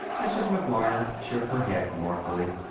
mrs. mcguire shook her head mournfully.